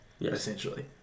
Essentially